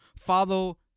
follow